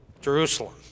Jerusalem